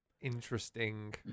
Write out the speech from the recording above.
Interesting